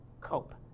cope